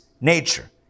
nature